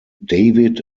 david